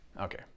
Okay